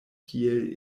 kiel